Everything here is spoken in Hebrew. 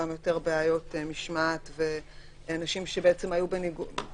גם יותר בעיות משמעת ואנשים שהיו בניגוד לרצונם שם,